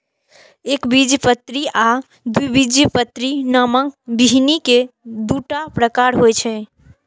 एकबीजपत्री आ द्विबीजपत्री नामक बीहनि के दूटा प्रकार होइ छै